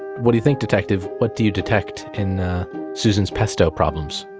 what do you think, detective? what do you detect in susan's pesto problems?